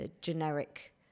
generic